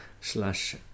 slash